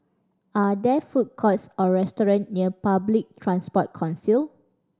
are there food courts or restaurant near Public Transport Council